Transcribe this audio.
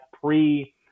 pre